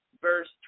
verse